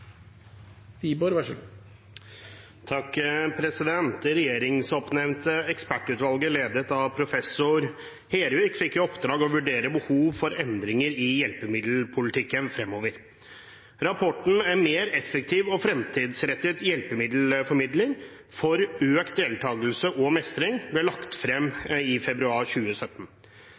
regjeringsoppnevnte ekspertutvalget ledet av professor Hervik fikk i oppdrag å vurdere behov for endringer i hjelpemiddelpolitikken fremover. Rapporten «En mer effektiv og fremtidsrettet hjelpemiddelformidling – for økt deltakelse og mestring» ble lagt frem i februar 2017.